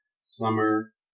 summer